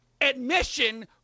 admission